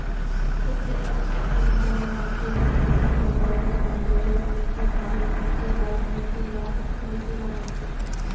सबसे अच्छा उपजाऊ माटिर नाम की उदाहरण जलोढ़ मिट्टी, काली मिटटी, लाल मिटटी या रेतीला मिट्टी?